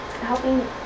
helping